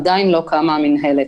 עדיין לא קמה המנהלת,